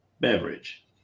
beverage